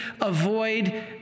avoid